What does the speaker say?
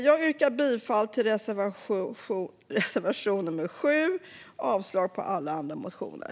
Jag yrkar bifall till reservation nr 7 och avslag på alla andra motioner.